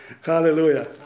Hallelujah